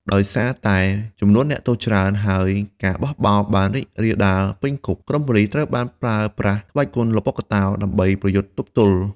ដោយសារតែចំនួនអ្នកទោសច្រើន ហើយការបះបោរបានរីករាលដាលពេញគុក ក្រុមប៉ូលិសត្រូវប្រើប្រាស់ក្បាច់គុនល្បុក្កតោដើម្បីប្រយុទ្ធទប់ទល់។